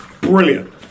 brilliant